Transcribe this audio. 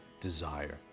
desire